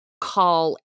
call